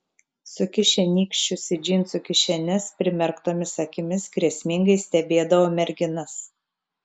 sukišę nykščius į džinsų kišenes primerktomis akimis grėsmingai stebėdavo merginas